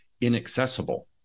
inaccessible